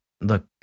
look